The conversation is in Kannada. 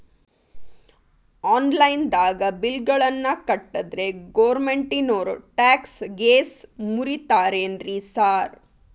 ಆನ್ಲೈನ್ ದಾಗ ಬಿಲ್ ಗಳನ್ನಾ ಕಟ್ಟದ್ರೆ ಗೋರ್ಮೆಂಟಿನೋರ್ ಟ್ಯಾಕ್ಸ್ ಗೇಸ್ ಮುರೇತಾರೆನ್ರಿ ಸಾರ್?